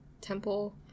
temple